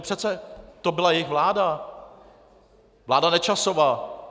Přece to byla jejich vláda, vláda Nečasova.